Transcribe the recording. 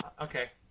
okay